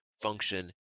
function